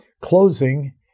closing